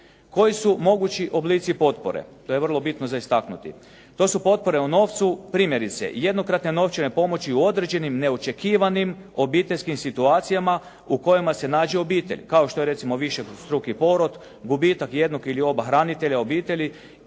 Koji su mogući oblici potpore? To je vrlo bitno za istaknuti. To su potpore u novcu, primjerice jednokratne novčane pomoći u određenim neočekivanim obiteljskim situacijama u kojima se nađe obitelj kao što je recimo višestruki porod, gubitak jednog ili oba hranitelja obitelji